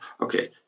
okay